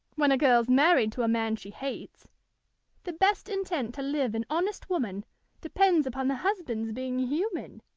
when a girl's married to a man she hates the best intent to live an honest woman depends upon the husband's being human,